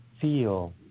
feel